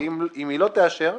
אם היא לא תאשר,